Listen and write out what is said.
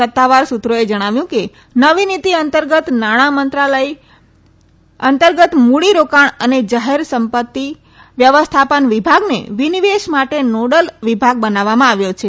સત્તાવાર સુત્રોએ જણાવ્યું કે નવી નીતી અંતર્ગત નાણા મંત્રાલય અંતર્ગત મુડી રોકાણ અને જાહેર સંપત્તિ વ્યવસ્થાપન વિભાગને વિનિવેશ માટે નોડલ વિભાગ બનાવવામાં આવ્યો છે